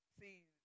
See